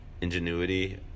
ingenuity